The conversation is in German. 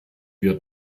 wir